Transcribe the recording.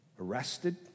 Arrested